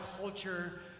culture